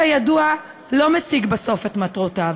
כידוע, לא משיג בסוף את מטרותיו.